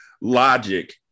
logic